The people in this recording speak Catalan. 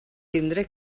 tindre